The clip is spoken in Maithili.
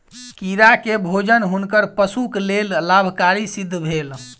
कीड़ा के भोजन हुनकर पशु के लेल लाभकारी सिद्ध भेल